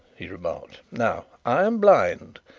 he remarked. now, i am blind.